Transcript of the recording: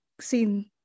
seen